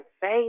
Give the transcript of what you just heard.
faith